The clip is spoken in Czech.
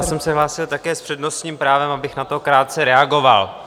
Já jsem se hlásil také s přednostním právem, abych na to krátce reagoval.